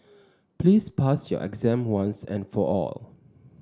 please pass your exam once and for all